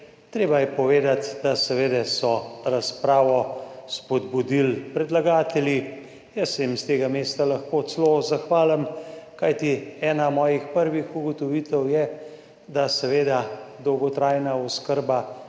Treba je povedati, da seveda so razpravo spodbudili predlagatelji, jaz se jim s tega mesta lahko celo zahvalim, kajti ena mojih prvih ugotovitev je, da seveda dolgotrajna oskrba